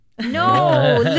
No